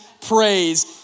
praise